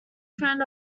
friend